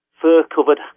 fur-covered